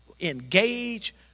engage